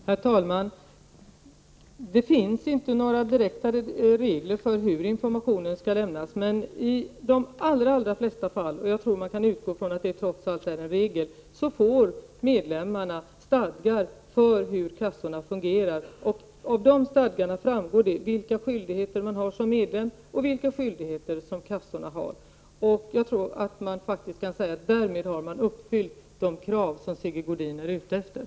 Herr talman! Det finns inte några direkta regler för hur informationen skall lämnas. Men i de allra flesta fall — jag tror att man kan utgå från att det generellt är att se som en regel — får medlemmarna stadgar för hur kassan 17 fungerar. Av dessa stadgar framgår det vilka skyldigheter man har som medlem och vilka skyldigheter kassorna har. Jag tror att jag kan säga att därmed har vi uppfyllt de krav som Sigge Godin för fram.